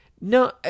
No